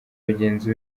bagenzi